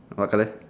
what colour